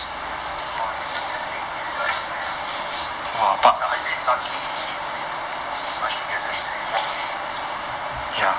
!wah! is a blessing in disguise man but about at least lucky he no need to march together you you walk only